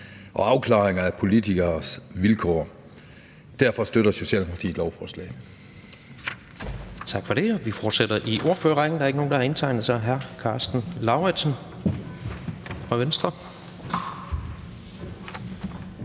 og afklaring af politikeres vilkår. Derfor støtter Socialdemokratiet lovforslaget.